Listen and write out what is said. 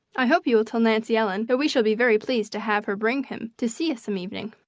i hope you will tell nancy ellen that we shall be very pleased to have her bring him to see us some evening,